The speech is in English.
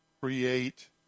create